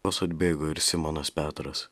vos atbėgo ir simonas petras